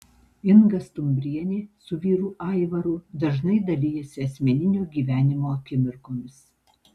inga stumbrienė su vyru aivaru dažnai dalijasi asmeninio gyvenimo akimirkomis